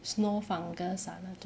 snow fungus ah 那种